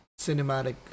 cinematic